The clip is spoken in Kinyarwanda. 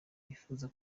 bifuza